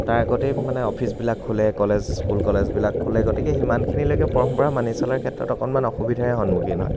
তাৰ আগতেই মানে অফিচবিলাক খোলে কলেজ স্কুল কলেজবিলাক খোলে গতিকে সিমানখিনিলৈকে পৰম্পৰা মানি চলাৰ ক্ষেত্ৰত অকণমান অসুবিধাৰে সন্মুখীন হয়